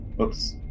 Oops